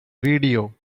video